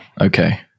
Okay